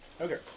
Okay